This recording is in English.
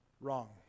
wrong